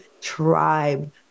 tribe